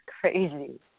crazy